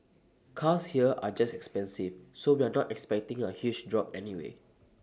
cars here are just expensive so we are not expecting A huge drop anyway